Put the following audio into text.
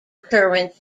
currents